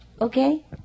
Okay